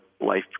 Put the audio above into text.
life